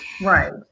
Right